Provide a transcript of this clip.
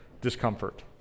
discomfort